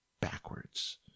backwards